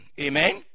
Amen